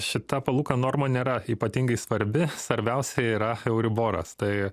šita palūkanų norma nėra ypatingai svarbi svarbiausia yra euriboras tai